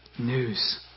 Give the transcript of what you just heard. news